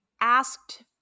asked